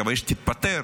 מקווה שתתפטר,